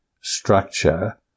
structure